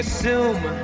Assume